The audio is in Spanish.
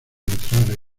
entrar